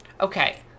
Okay